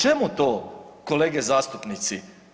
Čemu to kolege zastupnici?